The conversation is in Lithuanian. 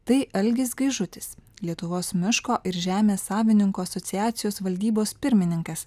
tai algis gaižutis lietuvos miško ir žemės savininkų asociacijos valdybos pirmininkas